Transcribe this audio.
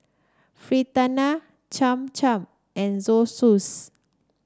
Fritada Cham Cham and Zosui